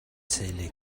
teulu